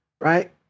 right